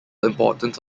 importance